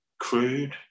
crude